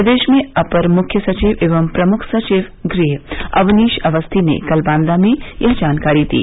प्रदेश में अपर मुख्य सचिव एवं प्रमुख सचिव गृह अवनीश अवस्थी ने कल बांदा में यह जानकारी दी